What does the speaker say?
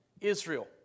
Israel